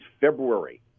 February